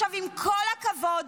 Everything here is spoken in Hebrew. עם כל הכבוד,